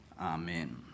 Amen